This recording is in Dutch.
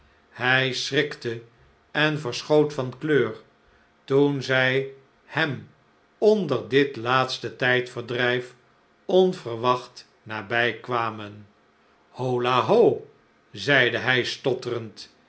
hij schrikte en verschoot van kleur toen zij hem onder dit laatste tijdverdrijf onverwacht nabij kwamen holla ho zeide hij stotterend